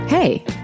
Hey